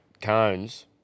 cones